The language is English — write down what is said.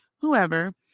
whoever